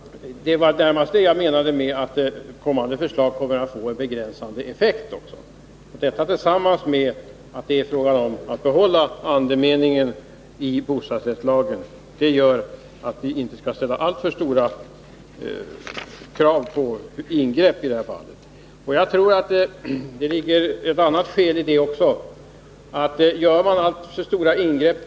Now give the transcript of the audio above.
Det var närmast detta jag menade när jag sade att de aviserade förslagen kommer att få en begränsad effekt. Detta förhållande och det faktum att det är fråga om att behålla andemeningen i bostadsrättslagen gör att vi i detta fall inte skall ställa alltför stora krav på ingrepp. Jag tror att det också kan finnas skäl att inte göra alltför stora ingrepp.